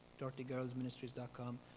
Dirtygirlsministries.com